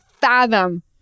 fathom